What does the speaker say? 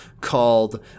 called